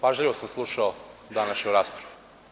Pažljivo sam slušao današnju raspravu.